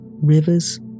Rivers